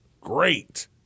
great